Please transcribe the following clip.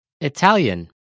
Italian